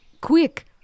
quick